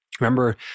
remember